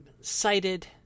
cited